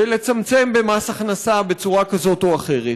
ולצמצם במס הכנסה בצורה כזאת או אחרת,